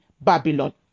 Babylon